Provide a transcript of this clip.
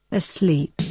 asleep